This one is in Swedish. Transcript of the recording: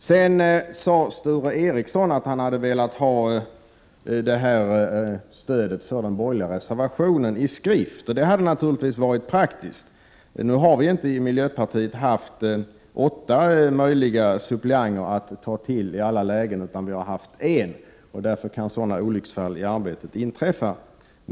Sedan sade Sture Ericson att han hade velat ha vårt stöd för den borgerliga reservationen i skrift. Det hade naturligtvis varit praktiskt. Men vi har inte i miljöpartiet haft åtta möjliga suppleanter att ta till i alla lägen, utan vi har haft en. Därför kan sådana olycksfall i arbetet inträffa.